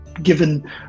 given